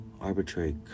arbitrary